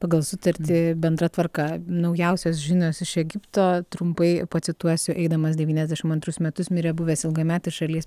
pagal sutartį bendra tvarka naujausios žinios iš egipto trumpai pacituosiu eidamas devyniasdešim antrus metus mirė buvęs ilgametis šalies